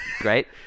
Great